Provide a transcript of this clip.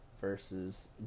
versus